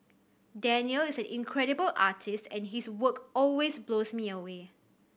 Danial is an incredible artist and his work always blows me away